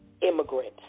immigrants